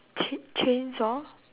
ch~ chainsaw